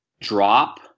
drop